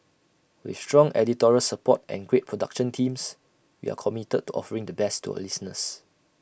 with strong editorial support and great production teams we are committed to offering the best to our listeners